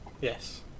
Yes